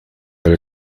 del